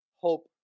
hope